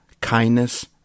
Kindness